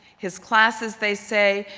his classes, they say,